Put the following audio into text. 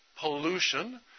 Pollution